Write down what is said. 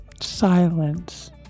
Silence